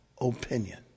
opinion